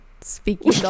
speaking